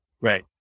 Right